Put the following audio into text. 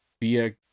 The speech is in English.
via